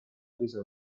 chiesa